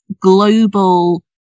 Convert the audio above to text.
global